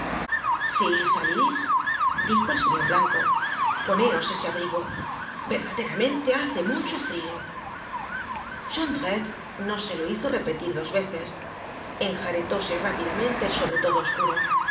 si salís dijo el señor blanco poneos ese abrigo verdaderamente hace mucho frio jondrette no se lo hizo repetir dos veces enjaretóse rápidamente el sobretodo oscuro y